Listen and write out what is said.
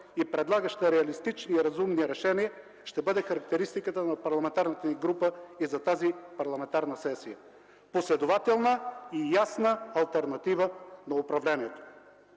и предлагаща реалистични, разумни решения, ще бъде характеристиката на парламентарната ни група и за тази парламентарна сесия – последователна и ясна алтернатива на управлението.